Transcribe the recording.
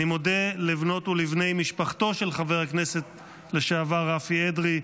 אני מודה לבנות ולבני משפחתו של חבר הכנסת לשעבר רפי אדרי,